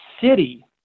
city